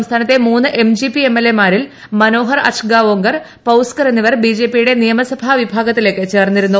സംസ്ഥാനത്തെ മൂന്ന് MGP MLA മാരിൽ മനോഹർ അജ്ഗാവോങ്കർ പൌസ്കർ എന്നിവർ ബിജെപിയുടെ നിയമസഭാ വിഭാഗത്തിലേക്ക് ചേർന്നിരുന്നു